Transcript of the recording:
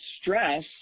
stress